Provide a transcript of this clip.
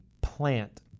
plant